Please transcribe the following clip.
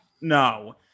No